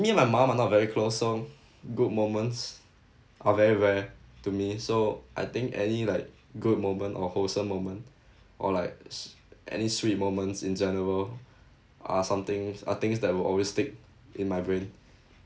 me and my mom are not very close so good moments are very rare to me so I think any like good moment or wholesome moment or like sh~ any sweet moments in general are something are things that will always stick in my brain